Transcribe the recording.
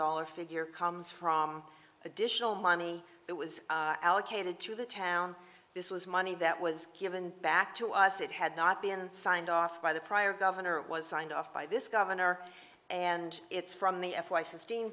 dollars figure comes from additional money that was allocated to the town this was money that was given back to us it had not been signed off by the prior governor it was signed off by this governor and it's from the f y